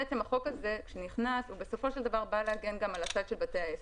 החוק הזה שנכנס בא להגן בסופו של דבר גם על הצד של בתי העסק,